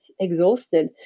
exhausted